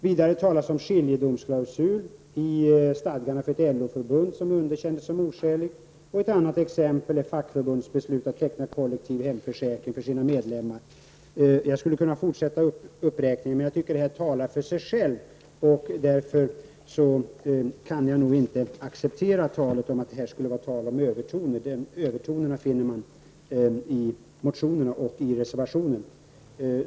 Vidare talas om ”en skiljedomsklausul i stadgarna för ett LO-förbund underkändes som oskälig”. Ett annat exempel är ”ett fackförbunds beslut att teckna en kollektiv hemförsäkring för sina medlemmar”. Jag skulle kunna fortsätta uppräkningen, men jag tycker att detta talar för sig själv. Därför kan jag nog inte acceptera talet om övertoner. Övertonerna finner man i motionerna och i reservationen.